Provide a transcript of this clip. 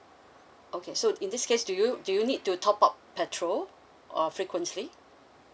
okay so in this case do you do you need to top up petrol or frequently